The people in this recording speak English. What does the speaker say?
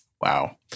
Wow